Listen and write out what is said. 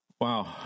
Wow